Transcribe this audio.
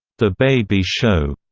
the baby show,